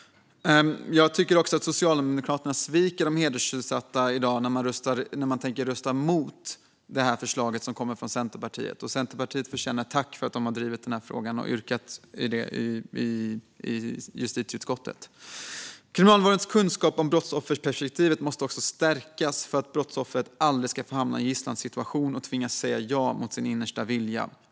Jag tycker att Socialdemokraterna sviker de hedersutsatta i dag när man tänker rösta mot detta förslag från Centerpartiet. Centerpartiet förtjänar ett tack för att de har drivit denna fråga och yrkat på detta i justitieutskottet. Kriminalvårdens kunskap om brottsofferperspektivet måste också stärkas för att brottsoffret aldrig ska hamna i en gisslansituation och tvingas säga ja mot sin innersta vilja.